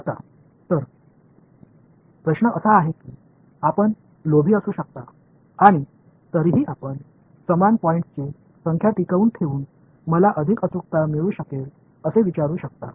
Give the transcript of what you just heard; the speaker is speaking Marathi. आता तर प्रश्न असा आहे की आपण लोभी असू शकता आणि तरीही आपण समान पॉईंट्सची संख्या टिकवून ठेवून मला अधिक अचूकता मिळू शकेल असे विचारू शकता